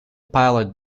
pilot